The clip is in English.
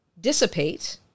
dissipate